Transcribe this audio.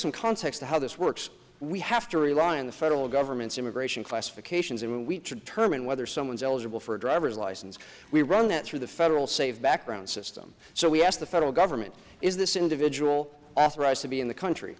some context to how this works we have to rely on the federal government's immigration classifications and we should terminate whether someone's eligible for a driver's license we run that through the federal save background system so we ask the federal government is this individual authorized to be in the country